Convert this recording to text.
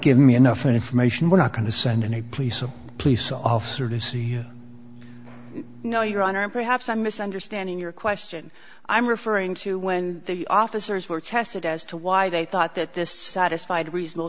give me enough information we're not going to send in a police a police officer to see you know your honor and perhaps i'm misunderstanding your question i'm referring to when the officers were tested as to why they thought that this satisfied reasonable